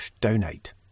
donate